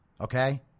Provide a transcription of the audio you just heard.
okay